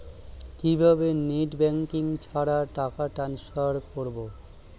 কিভাবে net banking ছাড়া টাকা টান্সফার করব?